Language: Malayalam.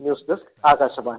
news desk Akashvani